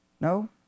No